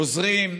עוזרים,